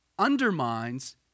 undermines